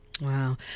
Wow